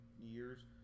years